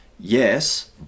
Yes